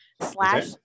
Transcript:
slash